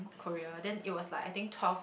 Korea then it was like I think twelve